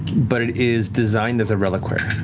but it is designed as a reliquary.